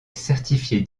certifiée